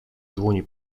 dłoni